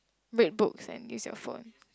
read books and use your phone